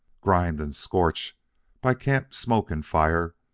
grimed and scorched by camp-smoke and fire,